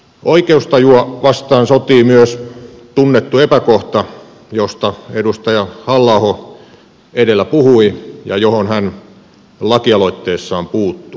oikeustajua vastaan sotii myös tunnettu epäkohta josta edustaja halla aho edellä puhui ja johon hän lakialoitteessaan puuttuu